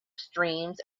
streams